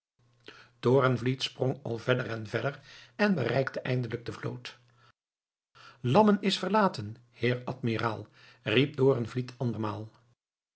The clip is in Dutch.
torenvliet sprong al verder en verder en bereikte eindelijk de vloot lammen is verlaten heer admiraal riep torenvliet andermaal